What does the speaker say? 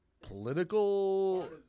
political